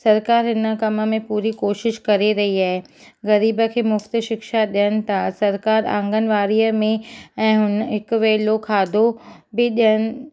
सरकारि हिन कम में पूरी कोशिशि करे रही आहे ग़रीब खे मुफ़्त शिक्षा ॾियनि था सरकारि आंगन वाड़ीअ में ऐं हुन हिकु वेलो खाधो बि ॾियनि